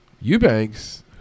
Eubanks